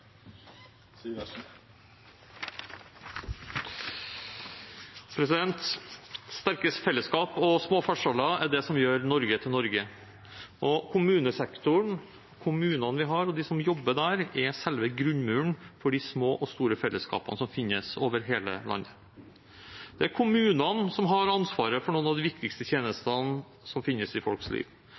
Kommunesektoren, kommunene vi har, og de som jobber der, er selve grunnmuren for de små og store fellesskapene som finnes over hele landet. Det er kommunene som har ansvaret for noen av de viktigste tjenestene som finnes i folks liv.